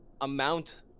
amount